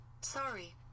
Sorry